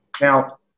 Now